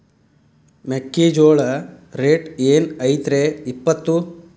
ಮೆಕ್ಕಿಜೋಳ ರೇಟ್ ಏನ್ ಐತ್ರೇ ಇಪ್ಪತ್ತು?